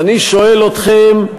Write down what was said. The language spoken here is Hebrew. ואני שואל אתכם,